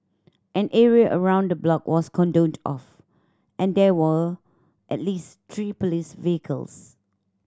an area around the block was cordoned off and there were at least three police vehicles